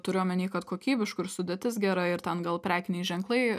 turiu omeny kad kokybiškų ir sudėtis gera ir ten gal prekiniai ženklai